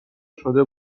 شده